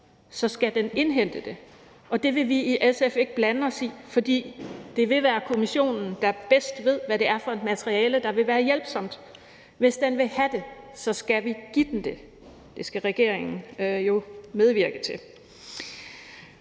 skal den indhente dem, og det vil vi i SF ikke blande os i, for det vil være kommissionen, der bedst ved, hvad det er for et materiale, der vil være hjælpsomt. Hvis den vil have det, skal vi give den det – det skal regeringen jo medvirke til.